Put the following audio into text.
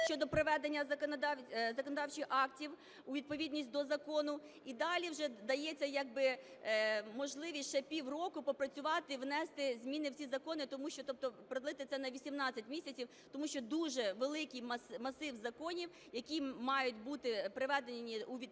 щодо приведення законодавчих актів у відповідність до закону, і далі вже дається як би можливість ще пів року попрацювати, внести зміни в ці закони, тому що, тобто продовжити це на 18 місяців, тому що дуже великий масив законів, які мають бути приведені у відповідність